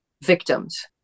victims